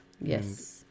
Yes